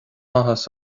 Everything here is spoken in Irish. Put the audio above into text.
áthas